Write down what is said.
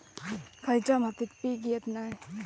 खयच्या मातीत पीक येत नाय?